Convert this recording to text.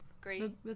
Great